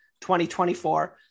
2024